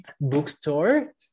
bookstore